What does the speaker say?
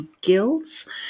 guilds